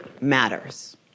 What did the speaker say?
matters